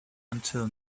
until